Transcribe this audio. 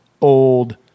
old